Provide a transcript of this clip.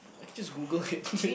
I can just Google it